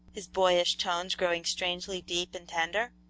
his boyish tones growing strangely deep and tender.